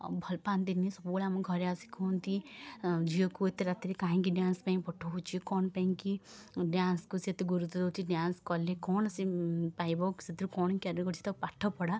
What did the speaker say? ଭଲ ପାଆନ୍ତିନି ସବୁବେଳେ ଆମ ଘରେ ଆସି କୁହନ୍ତି ଝିଅକୁ ଏତେ ରାତିରେ କାହିଁକି ଡ୍ୟାନ୍ସ ପାଇଁ ପଠାଉଛୁ କ'ଣ ପାଇଁକି ଡ୍ୟାନ୍ସକୁ ସିଏ ଏତେ ଗୁରୁତ୍ୱ ଦେଉଛି ଡ୍ୟାନ୍ସ କଲେ କ'ଣ ସେ ପାଇବ ସେଥିରୁ କ'ଣ କ୍ୟାରିଅର ଅଛି ତାକୁ ପାଠ ପଢ଼ା